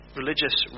religious